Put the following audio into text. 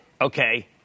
Okay